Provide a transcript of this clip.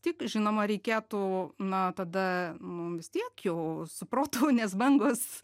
tik žinoma reikėtų na tada nu vis tiek jau su protu nes bangos